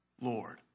Lord